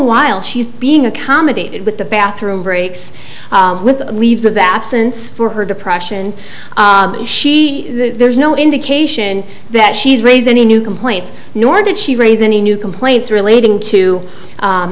while she's being accommodated with the bathroom breaks with leaves of absence for her depression she there's no indication that she's raised any new complaints nor did she raise any new complaints relating to